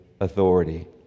Authority